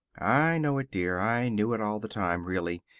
i know it, dear. i knew it all the time, really.